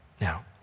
Now